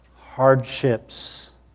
hardships